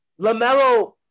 LaMelo